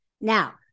Now